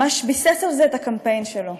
ממש ביסס על זה את הקמפיין שלו.